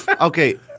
Okay